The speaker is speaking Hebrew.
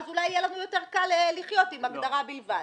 אולי יהיה לנו יותר קל לחיות עם הגדרה בלבד.